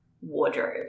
wardrobe